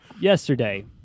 Yesterday